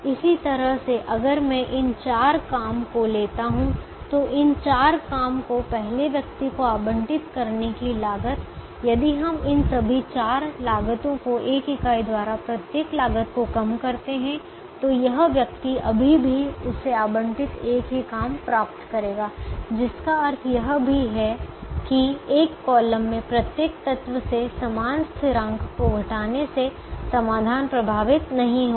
इसी तरह से अगर मैं इन चार काम को लेता हूं तो इन चार काम को पहले व्यक्ति को आवंटित करने की लागत यदि हम इन सभी 4 लागतों को 1 इकाई द्वारा प्रत्येक लागत को कम करते हैं तो यह व्यक्ति अभी भी उसे आवंटित एक ही काम प्राप्त करेगा जिसका अर्थ यह भी है कि एक कॉलम में प्रत्येक तत्व से समान स्थिरांक को घटाने से समाधान प्रभावित नहीं होगा